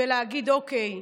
ולהגיד: אוקיי,